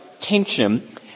tension